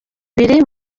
biri